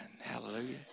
Hallelujah